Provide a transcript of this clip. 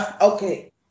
Okay